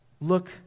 look